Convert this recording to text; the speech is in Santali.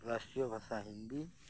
ᱨᱟᱥᱴᱨᱤᱭᱚ ᱵᱷᱟᱥᱟ ᱦᱤᱱᱫᱤ